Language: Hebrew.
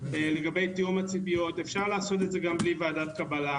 לגבי תיאום הציפיות אפשר לעשות את זה גם בלי ועדת קבלה.